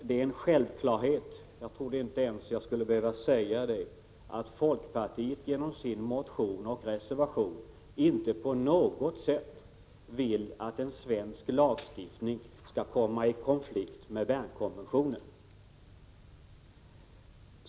Det är en självklarhet — jag trodde inte ens att jag skulle behöva säga det — att folkpartiet med sin motion och sin reservation inte på något sätt önskar att svensk lagstiftning skall komma i konflikt med Bernkonventionen.